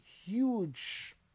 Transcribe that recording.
huge